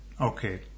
okay